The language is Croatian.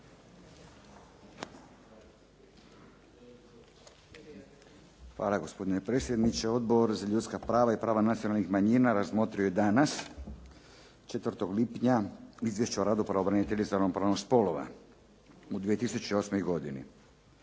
Hvala, gospodine predsjedniče. Odbor za ljudska prava i prava nacionalnih manjina razmotrio je danas 4. lipnja Izvješće o radu pravobraniteljice za ravnopravnost spolova u 2008. godini.